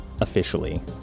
officially